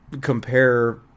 compare